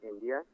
India